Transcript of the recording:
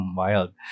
wild